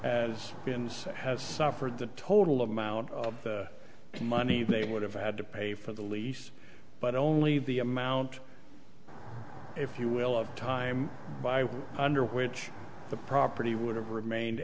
suffered the total amount of money they would have had to pay for the lease but only the amount if you will of time by under which the property would have remained